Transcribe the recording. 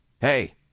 hey